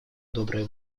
добрая